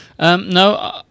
No